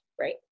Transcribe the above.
right